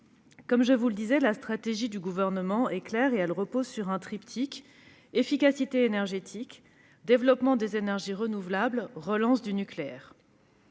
préparer l'avenir. La stratégie du Gouvernement est claire. Elle repose sur un triptyque : efficacité énergétique, développement des énergies renouvelables, relance du nucléaire.